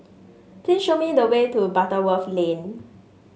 please show me the way to Butterworth Lane